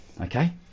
Okay